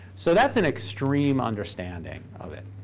so that's an extreme understanding of it.